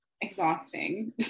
exhausting